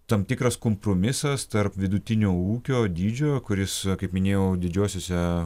tam tikras kompromisas tarp vidutinio ūkio dydžio kuris kaip minėjau didžiosiose